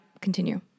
continue